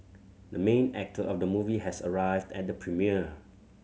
the main actor of the movie has arrived at the premiere